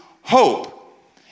hope